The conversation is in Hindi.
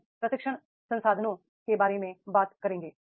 फिर हम प्रशिक्षण रिसोर्सेज के बारे में बात करेंगे